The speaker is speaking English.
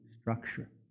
structure